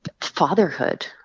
fatherhood